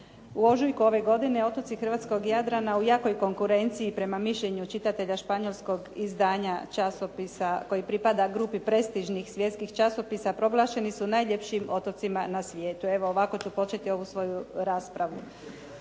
U ožujku ove godine otoci hrvatskog Jadrana u jakoj konkurenciji prema mišljenju čitatelja španjolskog izdanja časopisa koji pripada grupi prestižnih svjetskih časopisa proglašeni su najljepšim otocima na svijetu. Evo, ovako ću početi ovu svoju raspravu.